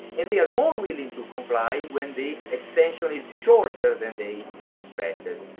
and they are more willing to comply when the extension is shorter than they expected.